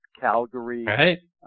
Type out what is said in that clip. Calgary